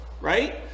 Right